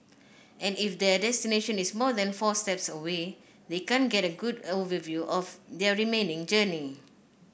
and if their destination is more than four stops away they can't get a good overview of their remaining journey